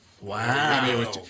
Wow